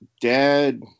dad